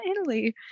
Italy